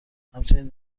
همچنین